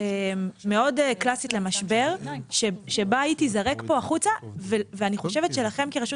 מאוד קלאסית למשבר שבה היא תיזרק כאן החוצה ואני חושבת שלכם כרשות